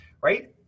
right